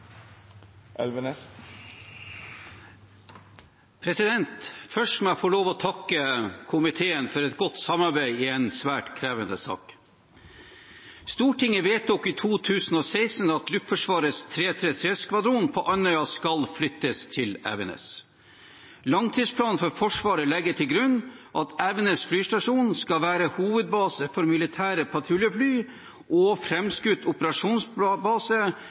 Først må jeg få lov til å takke komiteen for et godt samarbeid i en svært krevende sak. Stortinget vedtok i 2016 at Luftforsvarets 333-skvadron på Andøya skal flyttes til Evenes. Langtidsplanen for Forsvaret legger til grunn at Evenes flystasjon skal være hovedbase for militære patruljefly og